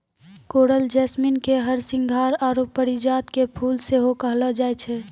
coral jasmine के हरसिंहार आरु परिजात के फुल सेहो कहलो जाय छै